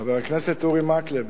חבר הכנסת אורי מקלב,